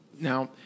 now